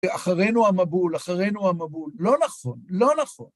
אחרינו המבול, אחרינו המבול. לא נכון, לא נכון.